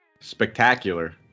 spectacular